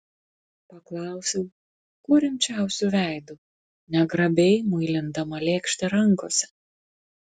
paklausiau kuo rimčiausiu veidu negrabiai muilindama lėkštę rankose